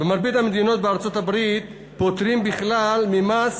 במרבית המדינות בארצות-הברית פוטרים בכלל ממס